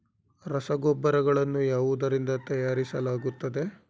ರಸಗೊಬ್ಬರಗಳನ್ನು ಯಾವುದರಿಂದ ತಯಾರಿಸಲಾಗುತ್ತದೆ?